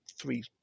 three